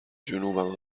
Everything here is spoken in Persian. جنوبم